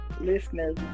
listeners